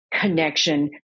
Connection